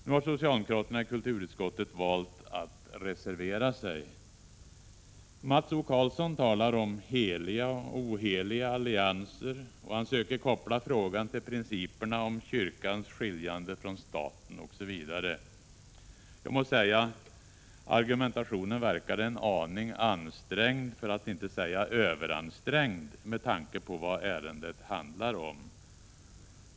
Nu har socialdemokraterna i kulturutskottet valt att reservera sig. Mats O Karlsson talar om heliga och oheliga allianser samt söker koppla frågan till principerna om kyrkans skiljande från staten osv. Jag må säga att argumentationen verkar en aning ansträngd, för att inte säga överansträngd, med tanke på vad ärendet handlar om.